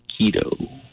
Keto